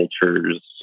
cultures